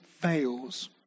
fails